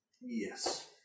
Yes